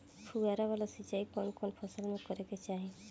फुहारा वाला सिंचाई कवन कवन फसल में करके चाही?